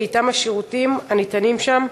ואתן השירותים הניתנים שם,